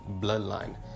bloodline